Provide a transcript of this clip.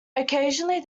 occasionally